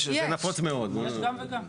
יש גם וגם.